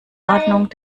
ordnung